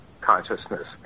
consciousness